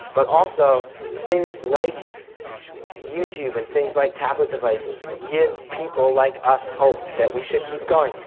but also things like youtube and things like tablet devices give people like us hope that we should keep going.